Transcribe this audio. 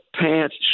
pants